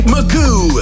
Magoo